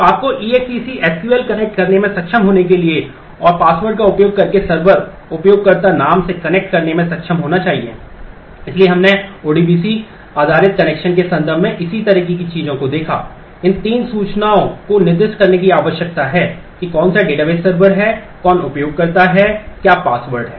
तो आपको EXEC SQL आधारित कनेक्शन के संदर्भ में इसी तरह की चीजों को देखा इन तीन सूचनाओं को निर्दिष्ट करने की आवश्यकता है कि कौन सा डेटाबेस सर्वर है कौन उपयोगकर्ता है क्या पासवर्ड है